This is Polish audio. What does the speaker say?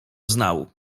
znał